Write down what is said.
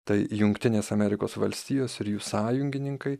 tai jungtinės amerikos valstijos ir jų sąjungininkai